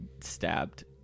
stabbed